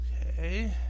Okay